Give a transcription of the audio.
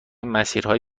مسیرهای